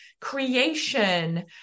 creation